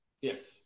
Yes